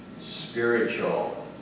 spiritual